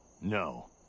No